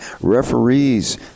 Referees